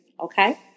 Okay